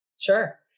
Sure